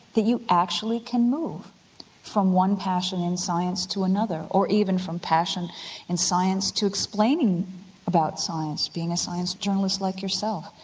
that you actually can move from one passion in science to another, or even from passion in science to explaining about science, being a science journalist like yourself.